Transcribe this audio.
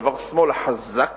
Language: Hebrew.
שבר שמאלה חזק